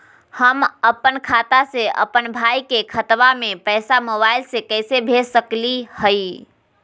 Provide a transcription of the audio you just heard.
हम अपन खाता से अपन भाई के खतवा में पैसा मोबाईल से कैसे भेज सकली हई?